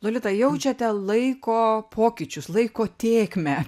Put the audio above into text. lolita jaučiate laiko pokyčius laiko tėkmę